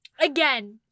Again